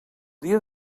dia